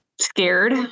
scared